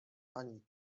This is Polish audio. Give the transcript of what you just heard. ani